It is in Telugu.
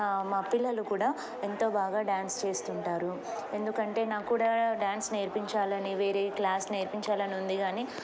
మా పిల్లలు కూడా ఎంతో బాగా డ్యాన్స్ చేస్తుంటారు ఎందుకంటే నా కూడా డ్యాన్స్ నేర్పించాలని వేరే క్లాస్ నేర్పించాలని ఉంది కాని